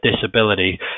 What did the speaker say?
disability